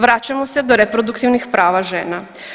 Vraćamo se do reproduktivnih prava žena.